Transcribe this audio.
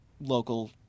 local